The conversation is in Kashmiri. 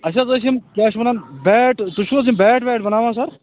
اَسہِ حظ ٲسۍ یِم کیٛاہ چھِ وَنان بیٹ تۄہہِ چھو حظ یِم بیٹ ویٹ بناوان سر